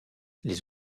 les